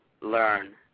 learn